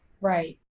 Right